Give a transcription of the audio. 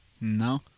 No